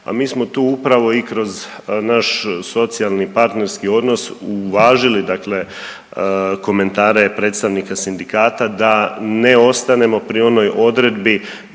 pa mi smo tu upravo i kroz naš socijalni partnerski odnos uvažili komentare predstavnika sindikata da ne ostanemo pri onoj odredbi